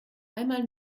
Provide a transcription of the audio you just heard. einmal